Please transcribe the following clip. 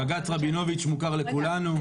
בג"ץ רבינוביץ' מוכר לכולנו.